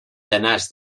tenaç